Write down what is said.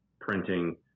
printing